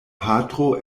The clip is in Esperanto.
patro